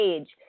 Age